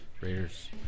Raiders